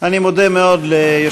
אני מודה מאוד ליושב-ראש,